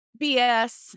BS